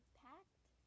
packed